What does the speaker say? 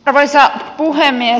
arvoisa puhemies